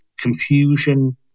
confusion